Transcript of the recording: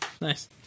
Nice